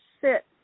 sit